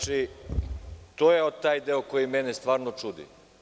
To je taj deo koji mene stvarno čudi.